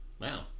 Wow